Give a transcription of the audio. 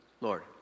Lord